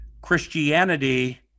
Christianity